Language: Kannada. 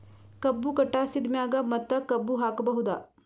ಕಬ್ಬು ಕಟಾಸಿದ್ ಮ್ಯಾಗ ಮತ್ತ ಕಬ್ಬು ಹಾಕಬಹುದಾ?